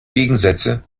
gegensätze